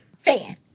Fan